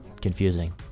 Confusing